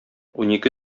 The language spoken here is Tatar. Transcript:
унике